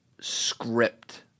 script